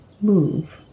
move